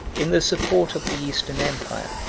in the support of the eastern empire,